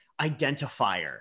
identifier